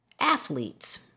athletes